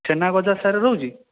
ଛେନାଗଜା sir ରହୁଛି